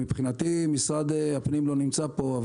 משרד הפנים לא נמצא פה,